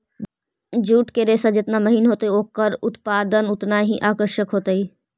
jute के रेशा जेतना महीन होतई, ओकरा उत्पाद उतनऽही आकर्षक होतई